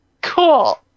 Cool